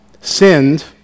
sinned